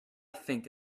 think